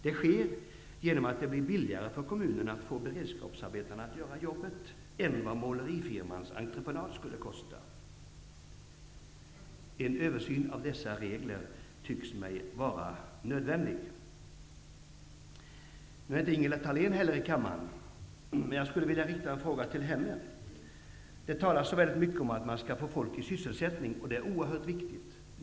Det sker genom att det blir billigare för kommunen att få beredskapsarbetarna att göra jobbet än vad målerifirmans entreprenad skulle kosta. En översyn av dessa regler tycks mig vara nödvändig. Nu är inte Ingela Thalén i kammaren, men jag skulle vilja rikta en fråga till henne. Det talas mycket om att man skall få människor i sysselsättning, vilket är oerhört viktigt.